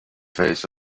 face